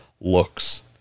looks